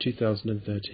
2013